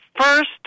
first